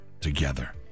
together